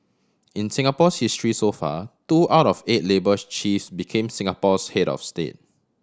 in Singapore's history so far two out of eight labour chiefs became Singapore's head of state